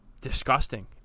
disgusting